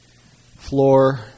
floor